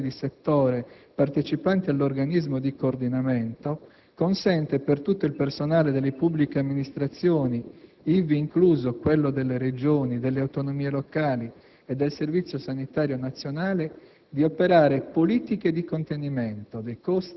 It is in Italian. Tale limitazione, condivisa da tutti i comitati di settore partecipanti all'Organismo di coordinamento, consente per tutto il personale delle pubbliche amministrazioni, ivi incluso quello delle Regioni, delle autonomie locali e del Servizio sanitario nazionale,